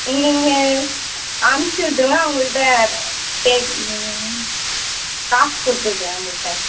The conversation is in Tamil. நீங்கள் அனுப்பிச்சுவிட்ருங்க அவங்கள்ட்ட பே காசு கொடுத்துட்றேன் அவங்கள்ட்ட